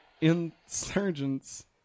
Insurgents